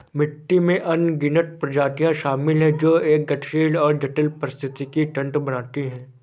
मिट्टी में अनगिनत प्रजातियां शामिल हैं जो एक गतिशील और जटिल पारिस्थितिकी तंत्र बनाती हैं